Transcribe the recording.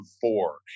four